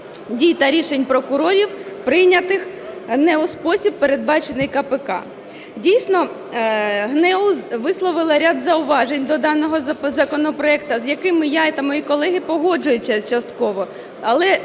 дій та рішень прокурорів, прийнятих не у спосіб, передбачений КПК. Дійсно, ГНЕУ висловило ряд зауважень до даного законопроекту, з якими я та мої колеги погоджуються частково.